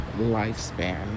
lifespan